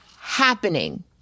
happening